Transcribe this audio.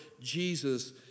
Jesus